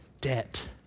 debt